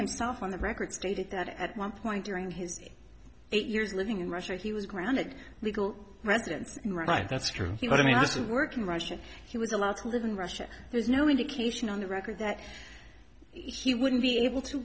himself on the record stated that at one point during his eight years living in russia he was granted legal residence right that's true but i mean this is working russian he was allowed to live in russia there's no indication on the record that he wouldn't be able to